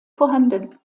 vorhanden